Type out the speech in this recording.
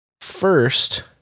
first